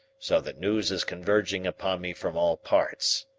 so that news is converging upon me from all parts.